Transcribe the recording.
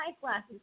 glasses